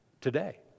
today